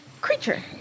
creature